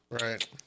Right